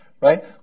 Right